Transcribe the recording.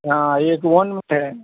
हाँ एक वन में है